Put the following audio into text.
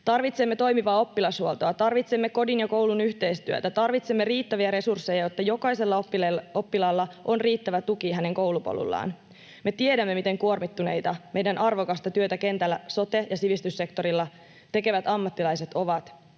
Tarvitsemme toimivaa oppilashuoltoa, tarvitsemme kodin ja koulun yhteistyötä. Tarvitsemme riittäviä resursseja, jotta jokaisella oppilaalla on riittävä tuki koulupolullaan. Me tiedämme, miten kuormittuneita meidän arvokasta työtä kentällä sote‑ ja sivistyssektorilla tekevät ammattilaiset ovat.